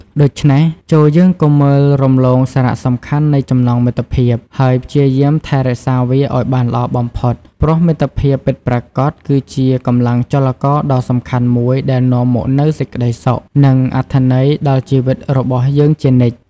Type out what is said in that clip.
ដូច្នេះ ចូរយើងកុំមើលរំលងសារៈសំខាន់នៃចំណងមិត្តភាព ហើយព្យាយាមថែរក្សាវាឱ្យបានល្អបំផុត ព្រោះមិត្តភាពពិតប្រាកដ គឺជាកម្លាំងចលករដ៏សំខាន់មួយដែលនាំមកនូវសេចក្តីសុខ និងអត្ថន័យដល់ជីវិតរបស់យើងជានិច្ច។